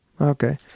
okay